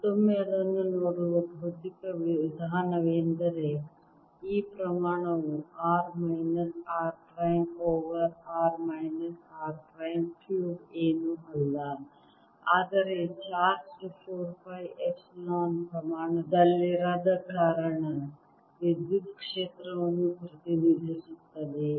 ಮತ್ತೊಮ್ಮೆ ಅದನ್ನು ನೋಡುವ ಭೌತಿಕ ವಿಧಾನವೆಂದರೆ ಈ ಪ್ರಮಾಣವು r minus r prime over r minus r prime cube ಏನೂ ಅಲ್ಲ ಆದರೆ ಚಾರ್ಜ್ಡ್ 4 ಪೈ ಎಪ್ಸಿಲಾನ್ ಪ್ರಮಾಣದಲ್ಲಿರದ ಕಾರಣ ವಿದ್ಯುತ್ ಕ್ಷೇತ್ರವನ್ನು ಪ್ರತಿನಿಧಿಸುತ್ತದೆ